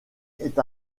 est